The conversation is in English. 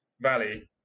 Valley